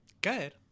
Good